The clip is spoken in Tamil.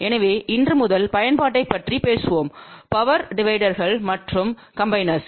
எனவே இன்று முதல் பயன்பாட்டைப் பற்றி பேசுவோம் பவர் டிவைடர்கள் மற்றும் காம்பிநேர்ஸ்